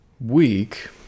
week